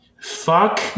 Fuck